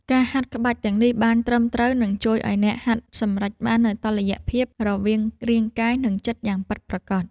ការហាត់ក្បាច់ទាំងនេះបានត្រឹមត្រូវ នឹងជួយឱ្យអ្នកហាត់សម្រេចបាននូវតុល្យភាពរវាងរាងកាយ និងចិត្តយ៉ាងពិតប្រាកដ។